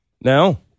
Now